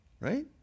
right